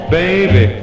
baby